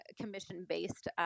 commission-based